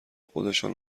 خودشان